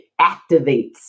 activates